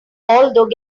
although